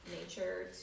nature